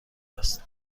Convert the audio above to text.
است